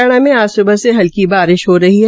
हरियाणा में आज स्बह से हल्की बारिश हो रही है